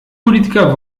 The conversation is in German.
politiker